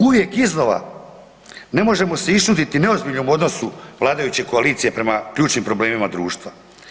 Uvijek iznova ne možemo se iščuditi neozbiljnom odnosu vladajuće koalicije prema ključnim problemima društva.